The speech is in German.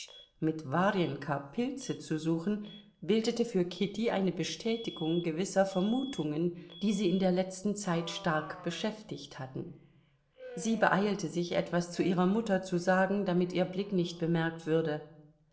mit warjenka pilze zu suchen bildete für kitty eine bestätigung gewisser vermutungen die sie in der letzten zeit stark beschäftigt hatten sie beeilte sich etwas zu ihrer mutter zu sagen damit ihr blick nicht bemerkt würde